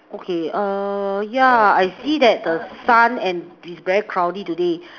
okay err yeah I see that the sun and is very cloudy today